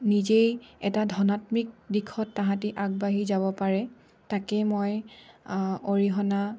নিজেই এটা ধনাত্মক দিশত তাহাঁতে আগবাঢ়ি যাব পাৰে তাকেই মই অৰিহণা